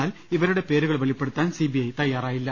എന്നാൽ ഇവരുടെ പേരുകൾ വെളിപ്പെടുത്താൻ സി ബി ഐ തയ്യാറായില്ല